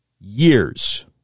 years